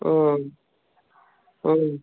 ಹ್ಞೂ ಹ್ಞೂ